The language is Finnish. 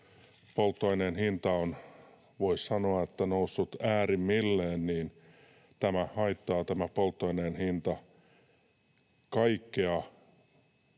polttoaineen hinta on, voi sanoa, noussut äärimmilleen, niin tämä polttoaineen hinta haittaa kaikkea